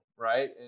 Right